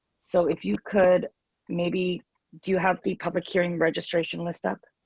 so if you could maybe do you have the public hearing registration list up